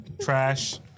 Trash